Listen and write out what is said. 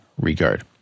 Regard